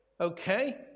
okay